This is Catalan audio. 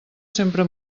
sempre